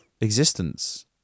existence